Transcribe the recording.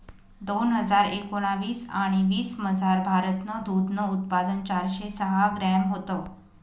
दोन हजार एकोणाविस आणि वीसमझार, भारतनं दूधनं उत्पादन चारशे सहा ग्रॅम व्हतं